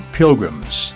pilgrims